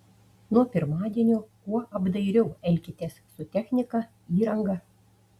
nuo pirmadienio kuo apdairiau elkitės su technika įranga